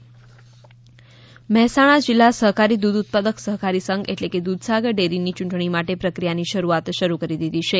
મતદાર યાદી મહેસાણા જીલ્લા સહકારી દૂધ ઉત્પાદક સહકારી સંઘ એટલે કે દૂધસાગર ડેરીની યૂંટણી માટે પ્રક્રિયાની શરૂઆત કરી દીધી છે